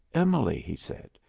emily, he said,